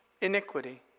iniquity